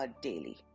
daily